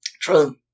True